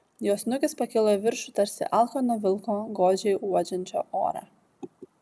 jo snukis pakilo į viršų tarsi alkano vilko godžiai uodžiančio orą